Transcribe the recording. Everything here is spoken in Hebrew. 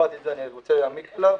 והסברתי את זה, אני רוצה להעמיק בו.